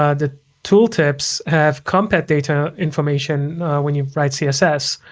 ah the tooltips have compat data information when you write css.